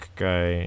guy